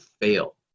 fail